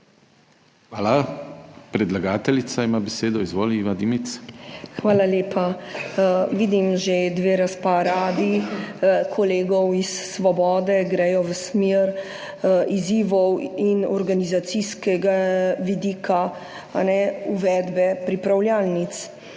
Hvala. Predlagateljica ima besedo. Izvoli, Iva Dimic. **IVA DIMIC (PS NSi):** Hvala lepa. Vidim že dve razpravi kolegov iz Svobode, gredo v smer izzivov in organizacijskega vidika uvedbe pripravljalnic.